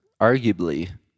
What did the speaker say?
arguably